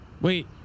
Wait